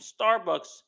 Starbucks